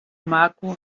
marco